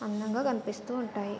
అందంగా కనిపిస్తూ ఉంటాయి